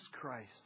Christ